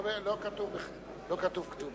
לא כתוב כתובה.